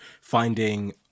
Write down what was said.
finding